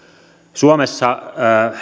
suomessa